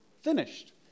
finished